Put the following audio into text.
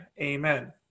amen